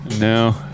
No